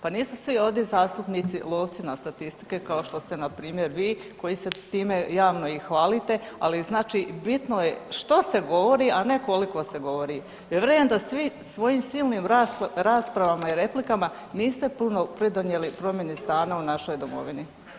Pa nisu svi ovdje zastupnici lovci na statistike kao što ste npr. vi koji se time javno i hvalite, ali znači bitno je što se govori, a ne koliko se govori jer vjerujem da svi svojim silnim rasprava i replikama niste puno pridonijeli promjeni stanja u našoj domovini.